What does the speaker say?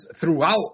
throughout